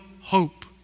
hope